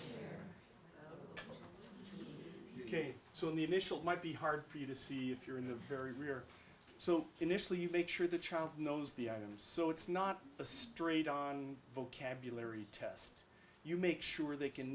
this ok so in the initial might be hard for you to see if you're in the very rare so initially you make sure the child knows the items so it's not a straight on vocabulary test you make sure they can